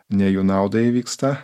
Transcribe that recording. ne jų naudai vyksta